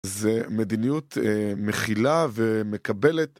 זה מדיניות מכילה ומקבלת